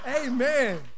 Amen